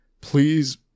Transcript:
please